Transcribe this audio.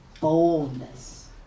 boldness